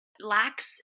lacks